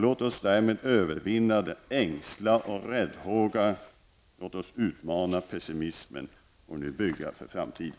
Låt oss därmed övervinna denna ängslan och räddhåga och låt oss utmana pessimismen och bygga för framtiden!